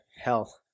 Hell